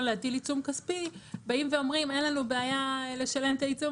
להטיל עיצום כספי באים ואומרים אין לנו בעיה לשלם את העיצום